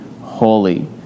holy